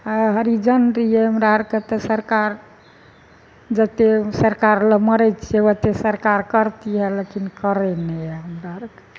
आइ हरिजन रहियै हमरा आरके तऽ सरकार जते सरकार लए मरै छियै ओते सरकार करतियै लेकिन करै नहि यऽ हमरा आरके